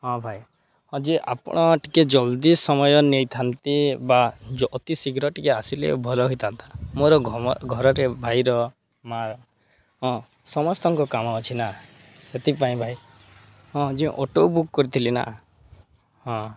ହଁ ଭାଇ ହଁ ଯେ ଆପଣ ଟିକେ ଜଲ୍ଦି ସମୟ ନେଇଥାନ୍ତି ବା ଅତି ଶୀଘ୍ର ଟିକେ ଆସିଲେ ଭଲ ହେଇଥାନ୍ତା ମୋର ଘରରେ ଭାଇର ମାଆ ହଁ ସମସ୍ତଙ୍କ କାମ ଅଛି ନା ସେଥିପାଇଁ ଭାଇ ହଁ ଯେ ଅଟୋ ବୁକ୍ କରିଥିଲି ନା ହଁ